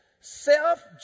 Self